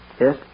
Yes